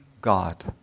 God